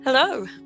Hello